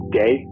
day